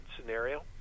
scenario